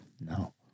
No